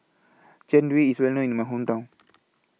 Jian Dui IS Well known in My Hometown